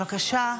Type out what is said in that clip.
בבקשה.